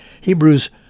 Hebrews